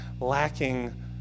lacking